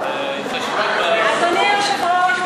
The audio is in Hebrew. אדוני היושב-ראש,